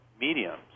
mediums